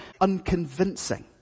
unconvincing